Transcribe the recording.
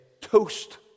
toast